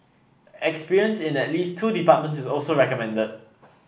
experience in at least two departments is also recommended